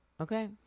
okay